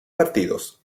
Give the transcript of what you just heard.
partidos